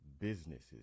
businesses